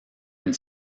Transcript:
une